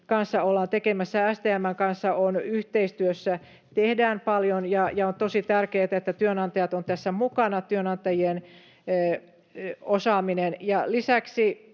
kanssa ollaan tekemässä. STM:n kanssa yhteistyötä tehdään paljon, ja on tosi tärkeätä, että työnantajat ovat tässä mukana, työnantajien osaaminen. Ja lisäksi